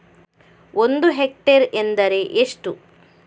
ಒಂದು ಹೆಕ್ಟೇರ್ ಎಂದರೆ ಎಷ್ಟು?